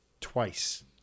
twice